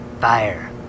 fire